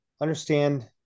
understand